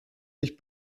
sich